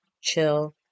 chill